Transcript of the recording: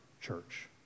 church